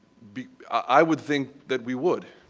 i would think that we would,